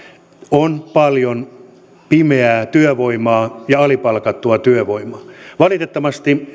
on paljon pimeää työvoimaa ja alipalkattua työvoimaa valitettavasti